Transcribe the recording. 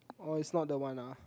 orh is not the one ah